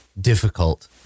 difficult